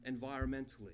environmentally